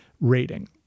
rating